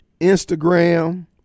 Instagram